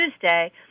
Tuesday